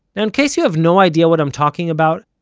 now in case you have no idea what i'm talking about,